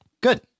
Good